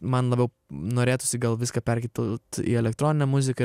man labiau norėtųsi gal viską perkelt į elektroninę muziką